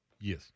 Yes